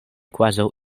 kvazaŭ